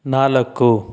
ನಾಲ್ಕು